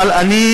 אבל אני